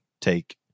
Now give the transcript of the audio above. take